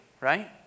right